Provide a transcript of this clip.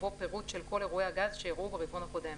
ובו פירוט של כל אירועי הגז שאירעו ברבעון הקודם.